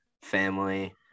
family